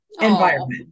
environment